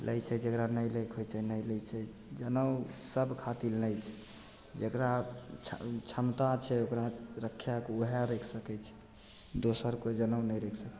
लै छै जकरा नहि लैके होइ छै नहि लै छै जनउ सब खातिर नहि छै जकरा क्षम क्षमता छै ओकरा रखैके वएह राखि सकै छै दोसर कोइ जनउ नहि राखि सकै छै